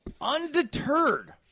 Undeterred